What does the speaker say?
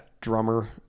drummer